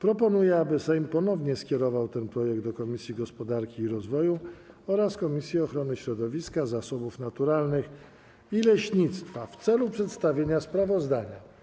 proponuję, aby Sejm ponownie skierował ten projekt do Komisji Gospodarki i Rozwoju oraz Komisji Ochrony Środowiska, Zasobów Naturalnych i Leśnictwa w celu przedstawienia sprawozdania.